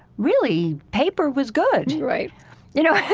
really paper was good right you know